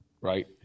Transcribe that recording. right